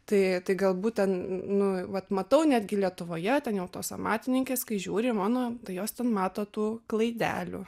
tai tai galbūt ten nu vat matau netgi lietuvoje ten jau tos amatininkės kai žiūri mano tai jos ten mato tų klaidelių